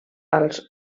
als